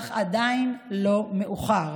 אך עדיין לא מאוחר